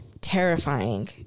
terrifying